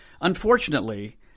Unfortunately